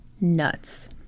nuts